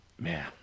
man